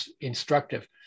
instructive